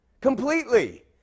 completely